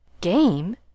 Game